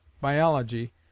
biology